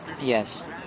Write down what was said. Yes